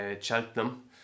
Cheltenham